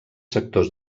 sectors